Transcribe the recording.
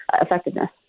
effectiveness